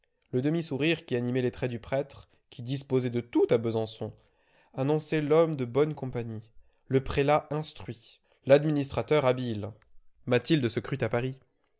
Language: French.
le demi-sourire qui animait les traits du prêtre qui disposait de tout à besançon annonçait l'homme de bonne compagnie le prélat instruit l'administrateur habile mathilde se crut à paris